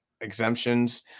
exemptions